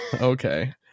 Okay